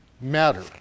matter